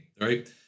right